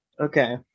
Okay